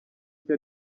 icyo